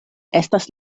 estas